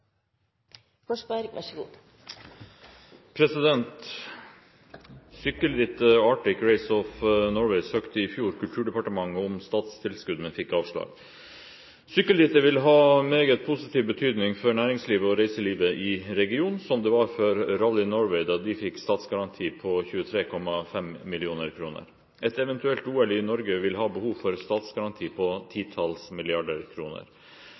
of Norway søkte i fjor Kulturdepartementet om statstilskudd, men fikk avslag. Sykkelrittet vil ha meget positiv betydning for næringslivet og reiselivet i regionen, som det var for Rally Norway da de fikk statsgaranti på 23,5 mill. Et eventuelt OL i Norge vil ha behov for statsgaranti på titalls milliarder kroner.